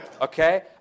Okay